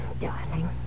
Darling